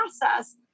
process